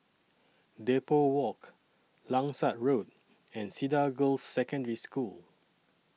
Depot Walk Langsat Road and Cedar Girls' Secondary School